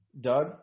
Doug